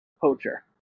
poacher